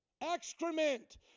excrement